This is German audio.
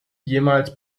jemals